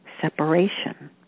separation